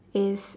is